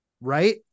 right